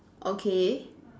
okay